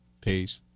Peace